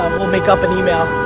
we'll make up an email,